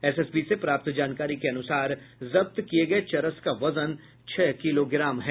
SSB से प्राप्त जानकारी के अनुसार जब्त किये गये चरस का वजन छह किलोग्राम है